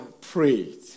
prayed